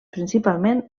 principalment